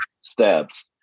steps